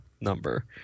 number